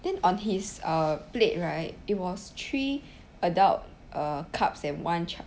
then on his err plate right it was three adult uh cups and one chi~